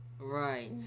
Right